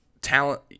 talent